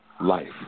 life